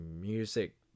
music